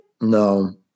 No